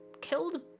killed